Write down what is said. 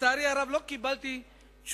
ולצערי הרב לא קיבלתי תשובה